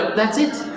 that's it.